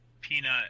Peanut